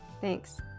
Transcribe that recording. Thanks